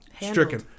stricken